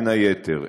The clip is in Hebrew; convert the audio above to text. בין היתר,